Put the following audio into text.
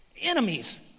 enemies